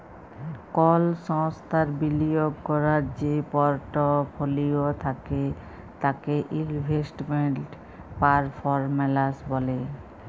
call সংস্থার বিলিয়গ ক্যরার যে পরটফলিও থ্যাকে তাকে ইলভেস্টমেল্ট পারফরম্যালস ব্যলে